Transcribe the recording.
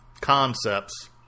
concepts